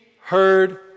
heard